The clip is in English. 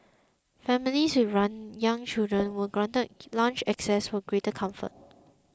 families with young children were granted lounge access for greater comfort